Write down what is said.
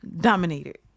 dominated